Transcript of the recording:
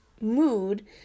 mood